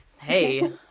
Hey